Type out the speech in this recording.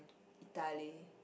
Italy